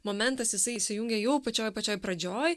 momentas jisai įsijungia jau pačioj pačioj pradžioj